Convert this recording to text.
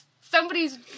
somebody's